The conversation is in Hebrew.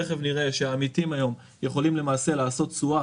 תיכף נראה שהעמיתים היום יכולים למעשה לעשות תשואה